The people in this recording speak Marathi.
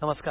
नमस्कार